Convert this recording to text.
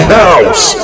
house